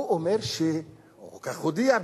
הוא אומר, כך הודיע,